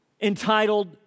entitled